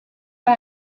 pas